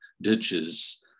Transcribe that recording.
ditches